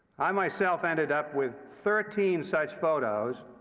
i myself ended up with thirteen such photos,